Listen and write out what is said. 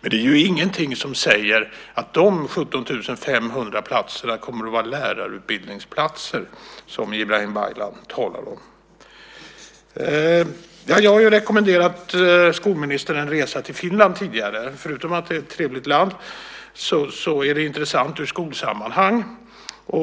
Men det är ingenting som säger att de 17 500 platserna kommer att vara lärarutbildningsplatser, vilket Ibrahim Baylan talar om. Jag har tidigare rekommenderat skolministern en resa till Finland. Förutom att det är ett trevligt land är det intressant i ett skolsammanhang.